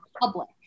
public